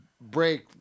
break